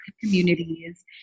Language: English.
communities